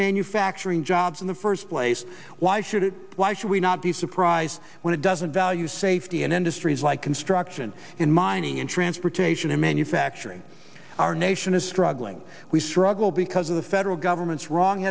manufacturing jobs in the first place why should it why should we not be surprised when it doesn't value safety in industries like construction and mining and transportation and manufacturing our nation is struggling we struggle because of the federal government's wrong